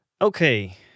okay